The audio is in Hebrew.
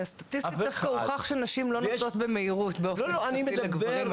סטטיסטית דווקא הוכח שנשים לא נוהגות במהירות באופן יחסי לגברים,